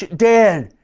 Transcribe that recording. dan?